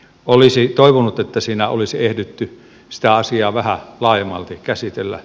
olisi toivonut että siinä olisi ehditty sitä asiaa vähän laajemmalti käsitellä